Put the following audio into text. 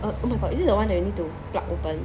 err oh my god is it the one that you need to pluck open